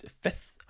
fifth